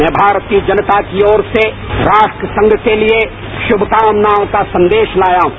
मैं भारत की जनता की ओर से राष्ट्र संघ के लिए शुभकामनाओं का संदेश लाया हूं